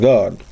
God